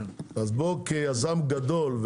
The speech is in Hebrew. כיזם גדול,